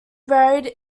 buried